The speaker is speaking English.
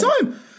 time